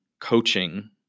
coaching